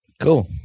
Cool